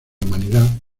humanidad